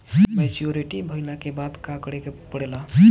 Maturity भईला के बाद का करे के पड़ेला?